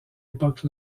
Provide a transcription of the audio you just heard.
époque